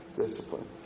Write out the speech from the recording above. discipline